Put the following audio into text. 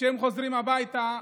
כשהם חוזרים הביתה,